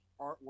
artwork